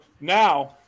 Now